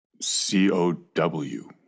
C-O-W